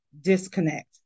disconnect